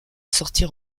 sortir